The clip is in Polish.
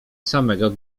samego